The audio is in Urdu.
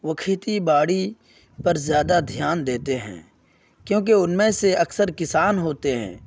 وہ کھیتی باڑی پر زیادہ دھیان دیتے ہیں کیونکہ ان میں سے اکثر کسان ہوتے ہیں